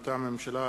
מטעם הממשלה,